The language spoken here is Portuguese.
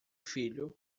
filho